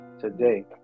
today